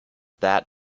that